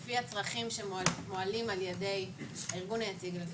לפי הצרכים שמועלים על ידי הארגון היציג,